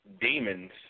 demons